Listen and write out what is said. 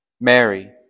Mary